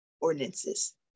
ordinances